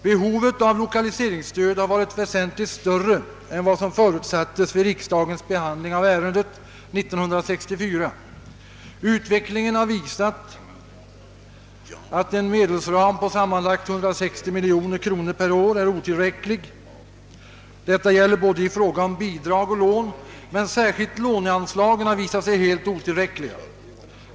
Behovet av lokaliseringsstöd har varit väsentligt större än vad som förutsattes vid riksdagens behandling av ärendet 1964, Utvecklingen har visat att en medelsram på sammanlagt 160 miljoner kronor per år är otillräcklig. Detta gäller både i fråga om bidrag och lån. Särskilt låneanslagen har visat sig helt otillräckliga.